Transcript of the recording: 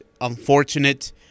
unfortunate